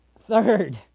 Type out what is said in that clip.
Third